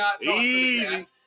easy